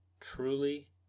Truly